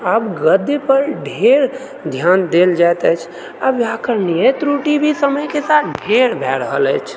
आब गद्य पर ढेर ध्यान देल जायत अछि आब व्याकरणीय त्रुटी भी समयके साथ ढेर भए रहल अछि